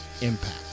impact